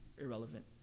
irrelevant